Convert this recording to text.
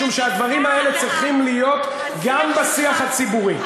משום שהדברים האלה צריכים להיות גם בשיח הציבורי.